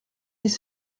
dix